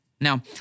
Now